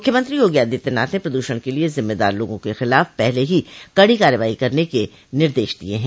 मुख्यमंत्री योगी आदित्यनाथ ने प्रदूषण के लिये जिम्मेदार लोगों के खिलाफ पहले ही कड़ी कार्रवाई करने के निर्देश दिये है